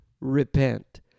repent